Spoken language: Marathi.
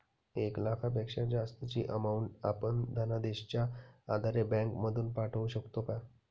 एक लाखापेक्षा जास्तची अमाउंट आपण धनादेशच्या आधारे बँक मधून पाठवू शकतो का?